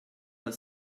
her